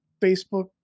Facebook